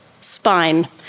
spine